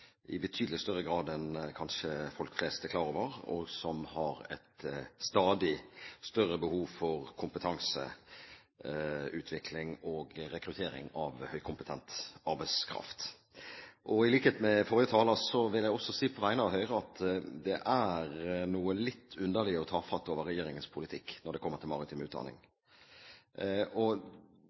i betydelig større grad enn folk flest kanskje er klar over, og som har et stadig større behov for kompetanseutvikling og rekruttering av høykompetent arbeidskraft. I likhet med forrige taler vil også jeg på vegne av Høyre si at det er noe litt underlig og tafatt over regjeringens politikk når det kommer til maritim utdanning.